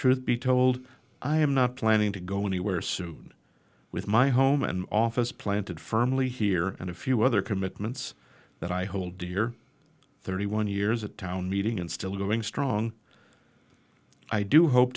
truth be told i am not planning to go anywhere soon with my home and office planted firmly here and a few other commitments that i hold dear thirty one years at town meeting and still going strong i do hope